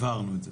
הבהרנו את זה.